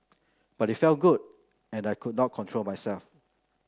but it felt good and I could not control myself